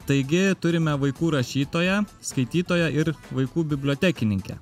taigi turime vaikų rašytoją skaitytoją ir vaikų bibliotekininkę